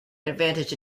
advantage